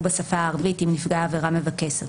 בשפה הערבית אם נפגע העבירה מבקש זאת."